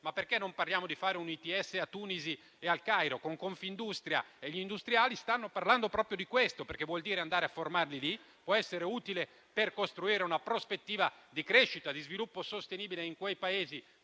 Ma perché non parliamo di fare un ITS a Tunisi e al Cairo? In Confindustria, gli industriali stanno parlando proprio di questo, perché vuol dire andare a formare persone, in una iniziativa che può essere utile per costruire una prospettiva di crescita e di sviluppo sostenibile in quei Paesi,